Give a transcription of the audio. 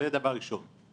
זה דבר ראשון.